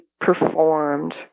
performed